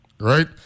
right